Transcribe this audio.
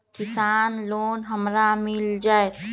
किसान लोन हमरा मिल जायत?